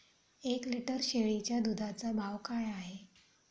एक लिटर शेळीच्या दुधाचा भाव काय आहे?